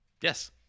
Yes